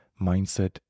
mindset